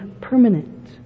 permanent